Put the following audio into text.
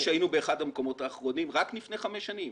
שהיינו באחד המקומות האחרונים רק לפני חמש שנים.